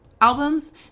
albums